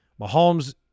Mahomes